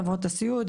על חברות הסיעוד,